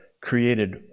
created